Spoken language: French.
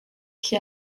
qui